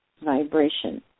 vibration